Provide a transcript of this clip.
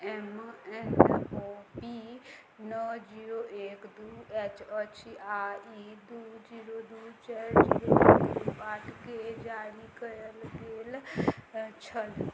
M N O P नओ zero एक दू अछि अछि आ ई दू जीरो दू चारि जीरो आठ के जारी कयल गेल छल